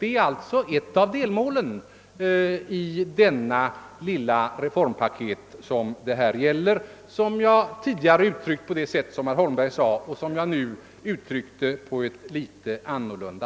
Det är alltså ett av delmålen i detta lilla reformpaket som jag tidigare uttryckt på det sätt som herr Holmberg angav och som jag nu uttryckte litet annorlunda.